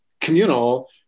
communal